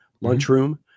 lunchroom